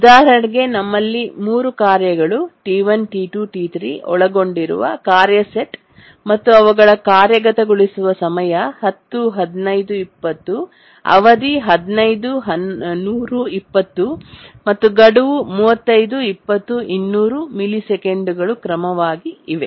ಉದಾಹರಣೆಗೆ ನಮ್ಮಲ್ಲಿ 3 ಕಾರ್ಯಗಳು T1 T2 T3 ಒಳಗೊಂಡಿರುವ ಕಾರ್ಯ ಸೆಟ್ ಮತ್ತು ಅವುಗಳ ಕಾರ್ಯಗತಗೊಳಿಸುವ ಸಮಯ 10 15 20 ಅವಧಿ 15 100 20 ಮತ್ತು ಗಡುವು 35 20 200 ಮಿಲಿ ಸೆಕೆಂಡುಗಳು ಕ್ರಮವಾಗಿ ಇವೆ